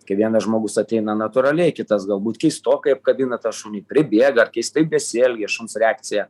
kai vienas žmogus ateina natūraliai kitas galbūt keistokai apkabina tą šunį pribėga ar keistai besielgia šuns reakcija